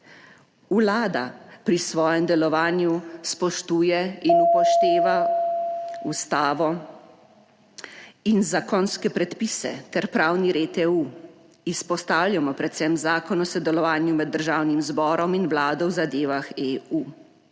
Vlada pri svojem delovanju spoštuje in upošteva Ustavo in zakonske predpise ter pravni red EU. Izpostavljamo predvsem Zakon o sodelovanju med Državnim zborom in Vlado v zadevah EU.